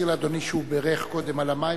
שהוא בירך קודם על המים,